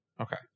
okay